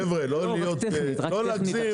חבר'ה, לא להגזים.